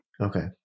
Okay